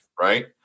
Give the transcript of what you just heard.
Right